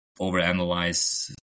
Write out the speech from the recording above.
overanalyze